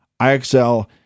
IXL